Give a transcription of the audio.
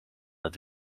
het